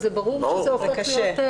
ברור שזה קשה.